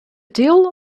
deal